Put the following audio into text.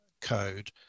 code